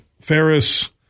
Ferris